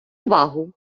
увагу